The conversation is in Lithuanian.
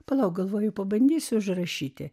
palauk galvoju pabandysiu užrašyti